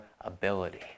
ability